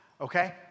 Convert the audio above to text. Okay